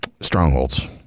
strongholds